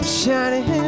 shining